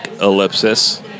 ellipsis